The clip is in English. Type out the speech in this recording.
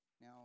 Now